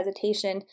hesitation